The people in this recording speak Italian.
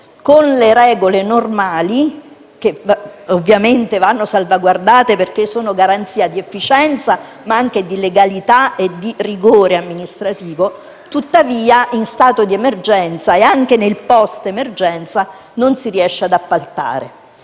Con le regole normali (che ovviamente vanno salvaguardate, perché sono garanzia di efficienza, ma anche di legalità e rigore amministrativo) in stato di emergenza e anche nel *post* emergenza non si riesce ad appaltare.